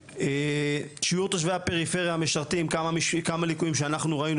שיעור תושבי הפריפריה המשרתים - כמה ליקויים שאנחנו מצאנו.